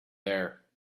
there